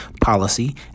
policy